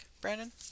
Brandon